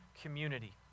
community